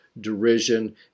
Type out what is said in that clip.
derision